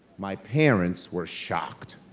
my parents were shocked.